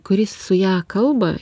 kuris su ja kalba